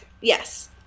Yes